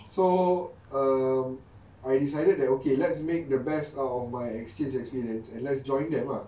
so um I decided that okay let's make the best out of my exchange experience and let's join them lah